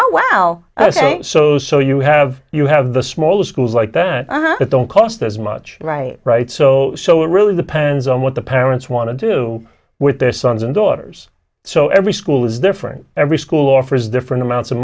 well so so you have you have the smaller schools like that that don't cost as much right right so so it really depends on what the parents want to do with their sons and daughters so every school is different every school offers different amounts of